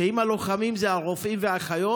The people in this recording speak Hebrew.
ואם הלוחמים הם הרופאים והאחיות,